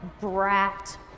brat